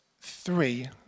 three